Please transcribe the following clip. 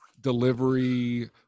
delivery